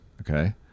Okay